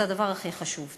זה הדבר הכי חשוב.